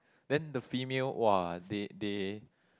then the female !wah! they they